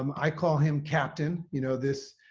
um i call him captain. you know this.